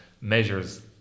measures